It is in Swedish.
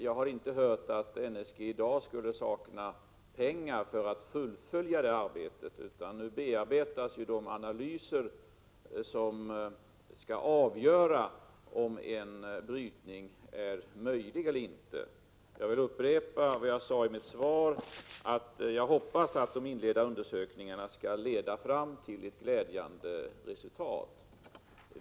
Jag har inte hört att NSG i dag skulle sakna pengar för att fullfölja det arbetet, utan nu bearbetas de analyser som skall vara avgörande för om en brytning är möjlig eller inte. Jag vill upprepa vad jag sade i mitt svar, att jag hoppas att de inledande undersökningarna skall leda fram till ett glädjande resultat.